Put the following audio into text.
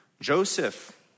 Joseph